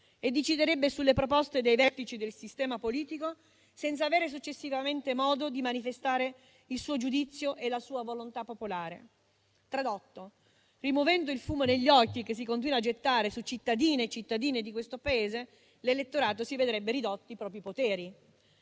e deciderebbe sulle proposte dei vertici del sistema politico senza avere successivamente modo di manifestare il suo giudizio e la sua volontà popolare. Lo traduco: rimuovendo il fumo negli occhi che si continua a gettare sui cittadini e sulle cittadine di questo Paese, l'elettorato vedrebbe ridotti i propri poteri.